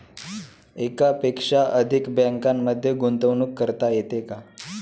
एकापेक्षा अधिक बँकांमध्ये गुंतवणूक करता येते का?